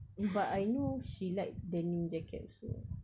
but I know she like denim jacket also